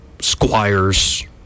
Squire's